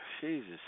Jesus